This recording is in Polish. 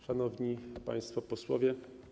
Szanowni Państwo Posłowie!